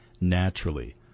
naturally